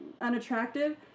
unattractive